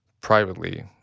privately